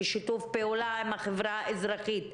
בשיתוף פעולה עם החברה האזרחית,